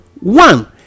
one